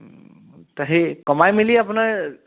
ত' সেই কমাই মেলি আপোনাৰ